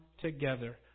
together